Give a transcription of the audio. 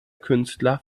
künstler